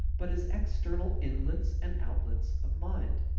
but as external inlets and outlets of mind.